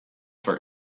for